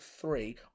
three